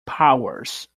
powers